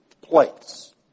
place